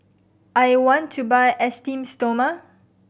I want to buy Esteem Stoma